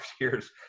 years